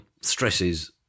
stresses